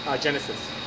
Genesis